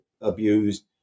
abused